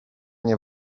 nie